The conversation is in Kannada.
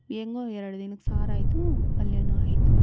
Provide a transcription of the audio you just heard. ಹೆಂಗೋ ಎರಡು ದಿನಕ್ಕೆ ಸಾರಾಯ್ತು ಪಲ್ಯವೂ ಆಯ್ತು